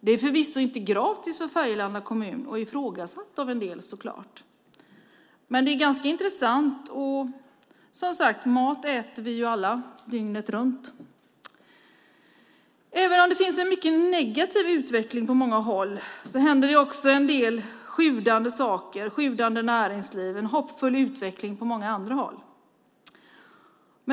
Det är förvisso inte gratis för Färgelanda kommun och även ifrågasatt av en del, men det är ganska intressant, och mat äter vi ju alla dygnet runt. Även om det finns en mycket negativ utveckling på många håll händer det också en del saker med ett sjudande näringsliv och en hoppfull utveckling på andra håll.